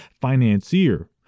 financier